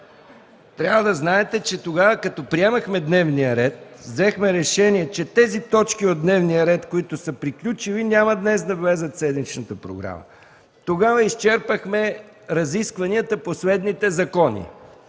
трябва да знаете, че като приемахме дневния ред, взехме решение, че тези точки от дневния ред, които са приключили, няма днес да влязат в седмичната програма. Тогава изчерпахме разискванията по следните закони.